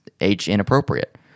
age-inappropriate